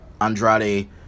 Andrade